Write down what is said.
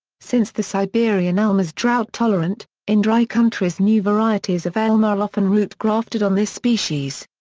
since the siberian elm is drought-tolerant, in dry countries new varieties of elm are often root-grafted on this species.